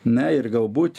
na ir galbūt